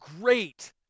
great